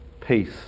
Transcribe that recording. peace